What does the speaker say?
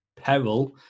peril